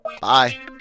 bye